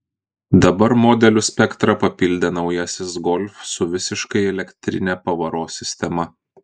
dabar modelių spektrą papildė naujasis golf su visiškai elektrine pavaros sistema